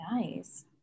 Nice